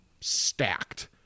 stacked